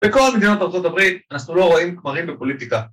‫בכל מדינות ארצות הברית ‫אנחנו לא רואים כמרים בפוליטיקה.